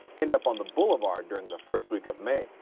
end up on the bouvelard during the first week of may.